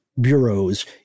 bureaus